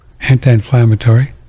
anti-inflammatory